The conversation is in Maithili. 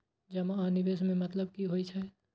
जमा आ निवेश में मतलब कि होई छै?